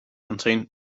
contain